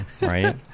Right